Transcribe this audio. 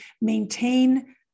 maintain